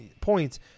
points